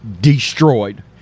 destroyed